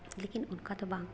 ᱞᱮᱠᱤᱱ ᱚᱱᱠᱟ ᱫᱚ ᱵᱟᱝ